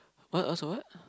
what what's a what